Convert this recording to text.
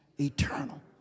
eternal